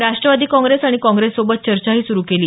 राष्ट्रवादी काँग्रेस आणि काँग्रेससोबत चर्चाही सुरू केली